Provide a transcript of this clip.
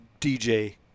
DJ